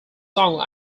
song